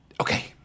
okay